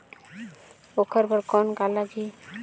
ओकर बर कौन का लगी?